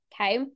Okay